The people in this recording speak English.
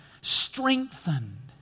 Strengthened